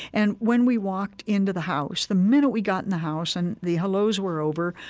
and when we walked into the house, the minute we got in the house and the hellos were over,